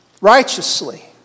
righteously